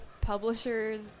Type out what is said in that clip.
publishers